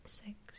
six